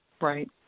right